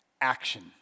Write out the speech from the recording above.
Action